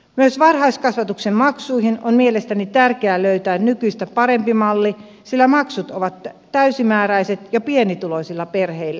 myös varhaiskasvatuksen maksuihin on mielestäni tärkeää löytää nykyistä parempi malli sillä maksut ovat täysimääräiset jo pienituloisilla perheillä